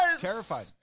terrified